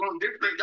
different